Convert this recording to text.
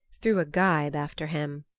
threw a gibe after him.